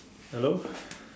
hello